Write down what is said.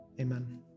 Amen